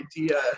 idea